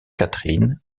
catherine